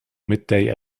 midday